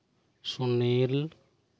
Sunil